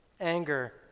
Anger